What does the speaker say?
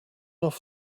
off